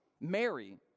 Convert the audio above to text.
Mary